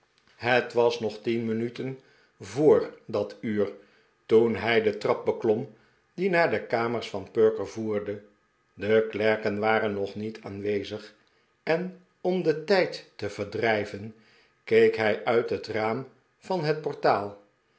het was nog tien minuten voor dat uur toen hij de trap beklom die naar de kamers van perker voerde de klerken waren nog niet aanwezig en om den tijd te verdrijven keek hij nit het raam van het portaal